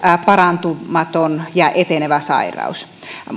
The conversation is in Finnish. parantumaton ja etenevä sairaus